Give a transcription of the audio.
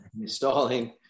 installing